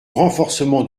renforcement